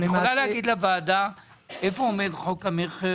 את יכולה להגיד לוועדה איפה עומד חוק המכר